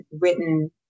written